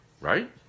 right